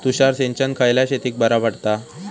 तुषार सिंचन खयल्या शेतीक बरा पडता?